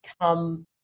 come